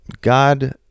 God